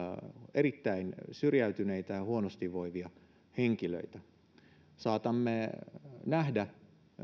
erittäin syrjäytyneitä ja huonosti voivia henkilöitä saatamme nähdä